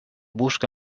busca